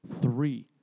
three